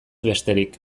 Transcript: besterik